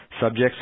Subjects